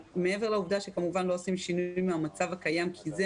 מעבר לעובדה שלא עושים שינויים מעבר למצב הקיים כי זו